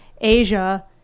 Asia